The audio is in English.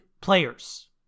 players